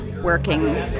working